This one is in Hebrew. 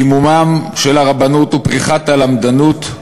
קיום הריבונות ופריחת הלמדנות,